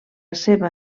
seva